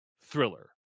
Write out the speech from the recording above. thriller